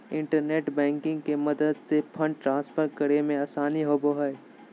internet banking के मदद से फंड ट्रांसफर करे मे आसानी होवो हय